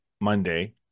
Monday